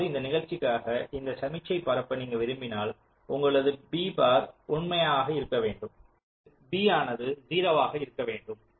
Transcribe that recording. அதாவது இந்த நிகழ்ச்சிக்காக இந்த சமிக்ஞையை பரப்ப நீங்கள் விரும்பினால் உங்களது b பார் உண்மையாக இருக்க வேண்டும் அதாவது b ஆனது 0 ஆக இருக்க வேண்டும்